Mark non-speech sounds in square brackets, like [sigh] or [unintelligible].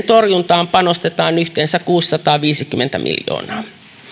[unintelligible] torjuntaan panostetaan yhteensä kuusisataaviisikymmentä miljoonaa